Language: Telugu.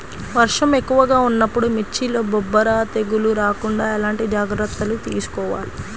వర్షం ఎక్కువగా ఉన్నప్పుడు మిర్చిలో బొబ్బర తెగులు రాకుండా ఎలాంటి జాగ్రత్తలు తీసుకోవాలి?